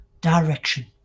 direction